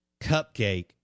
cupcake